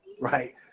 right